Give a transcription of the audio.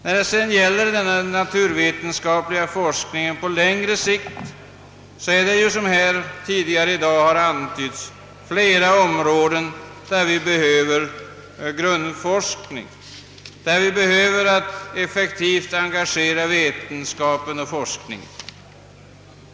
När det sedan gäller den naturvetenskapliga forskningen på längre sikt, så finns det, som tidigare i dag har antytts, flera områden där vi behöver grundforskning, behöver effektivt engagera vetenskapen och forskningen.